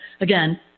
again